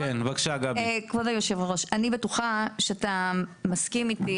כבוד היושב-ראש, אני בטוחה שאתה מסכים אתי